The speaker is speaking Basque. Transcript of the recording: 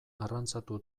arrantzatu